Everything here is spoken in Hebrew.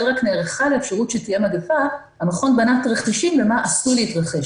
רק נערכה לאפשרות שתהיה מגיפה המכון בנה תרחישים למה עשוי להתרחש.